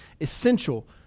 essential